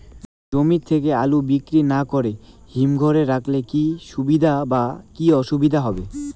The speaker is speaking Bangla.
জমি থেকে আলু তুলে বিক্রি না করে হিমঘরে রাখলে কী সুবিধা বা কী অসুবিধা হবে?